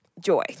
Joy